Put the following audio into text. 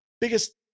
biggest